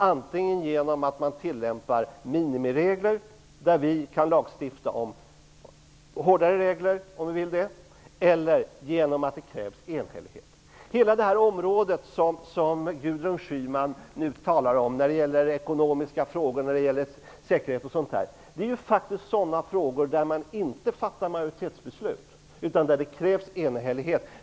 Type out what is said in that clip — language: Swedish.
Antingen genom att man tillämpar minimiregler, och då kan vi i Sverige lagstifta om hårdare regler -- om vi vill det -- eller tillämpar regeln om enhällighet. Hela det område som Gudrun Schyman talar om, ekonomi och säkerhet, rör frågor där majoritetsbeslut inte fattas, utan där det krävs enhällighet.